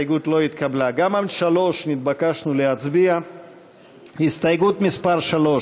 של קבוצת סיעת הרשימה המשותפת לסעיף תקציבי 04,